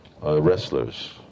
wrestlers